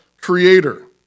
creator